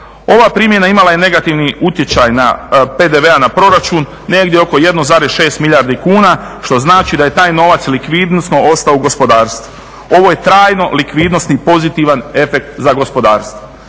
Ova primjena imala je negativni utjecaj PDV-a na proračun negdje oko 1,6 milijardi kuna što znači da je taj novac likvidnosno ostao u gospodarstvu. Ovo je trajno likvidnosni pozitivan efekt za gospodarstvo.